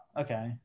okay